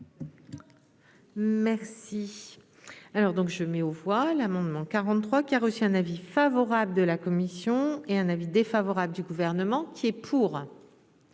Merci. Alors donc je mets aux voix l'amendement 43, qui a reçu un avis favorable de la commission et un avis défavorable du gouvernement. Qui est pour,